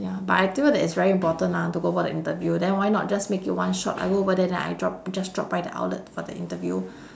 ya but I feel that it's very important lah to go for the interview then why not just make it one shot I go over there then I drop just drop by the outlet for the interview